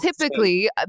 typically